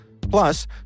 Plus